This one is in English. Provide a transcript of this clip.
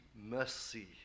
mercy